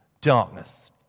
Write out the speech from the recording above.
darkness